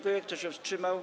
Kto się wstrzymał?